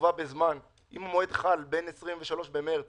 הקצובה בזמן אם מועד חל בין 23 במרץ